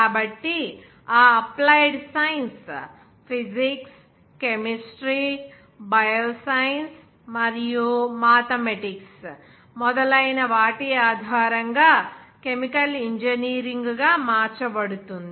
కాబట్టి ఆ applied science physics chemistry bio science మరియు మాథెమాటిక్స్ మొదలైన వాటి ఆధారంగా కెమికల్ ఇంజనీరింగ్గా మార్చబడుతుంది